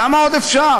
כמה עוד אפשר?